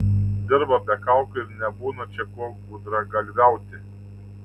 dirba be kaukių ir nebūna čia ko gudragalviauti